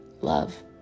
love